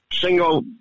single